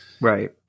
Right